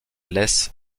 lès